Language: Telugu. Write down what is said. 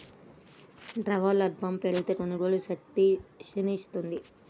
ద్రవ్యోల్బణం పెరిగితే, కొనుగోలు శక్తి క్షీణిస్తుంది